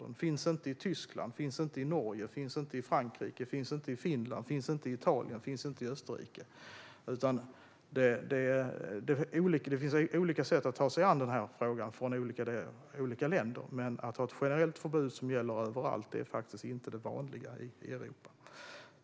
Det finns inte i Tyskland, det finns inte i Norge, det finns inte i Frankrike, det finns inte i Finland, det finns inte i Italien och det finns inte i Österrike. Det finns olika sätt att ta sig an denna fråga från olika länder. Men att ha ett generellt förbud som gäller överallt är faktiskt inte det vanliga i Europa.